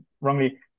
wrongly